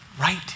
right